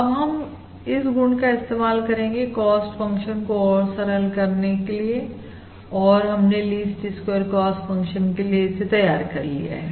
अब हम इस गुण का इस्तेमाल करेंगे कॉस्ट फंक्शन को और सरल करने के लिए और हमने लीस्ट स्क्वेयर कॉस्ट फंक्शन के लिए इसे तैयार कर लिया है